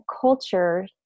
culture